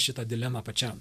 šitą dilemą pačiam